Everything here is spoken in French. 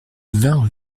vingt